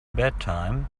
bedtime